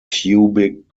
cubic